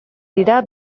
dira